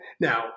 Now